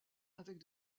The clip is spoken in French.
avec